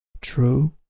True